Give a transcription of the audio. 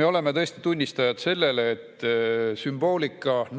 Me oleme tõesti tunnistajad sellele, et